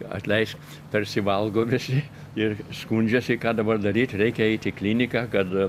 atleisk persivalgo visi ir skundžiasi ką dabar daryt reikia eiti į kliniką kad